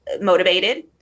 motivated